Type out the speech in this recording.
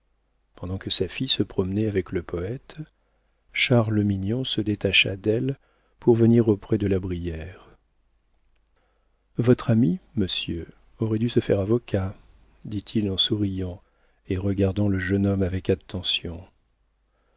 pendant que sa fille se promenait avec le poëte charles mignon se détacha d'elle pour venir auprès de la brière votre ami monsieur aurait dû se faire avocat dit-il en souriant et regardant le jeune homme avec attention